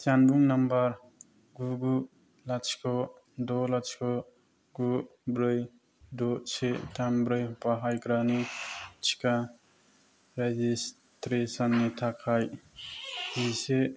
जानबुं नाम्बार गु गु लाथिख' द' लाथिख' गु ब्रै द' से थाम ब्रै बाहायग्रानि टिका रेजिजट्रेसनि थाखाय जिसे